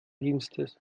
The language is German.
dienstes